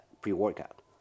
pre-workout